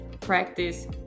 practice